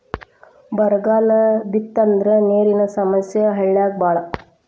ಬರಗಾಲ ಬಿತ್ತಂದ್ರ ನೇರಿನ ಸಮಸ್ಯೆ ಹಳ್ಳ್ಯಾಗ ಬಾಳ